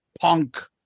punk